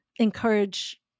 encourage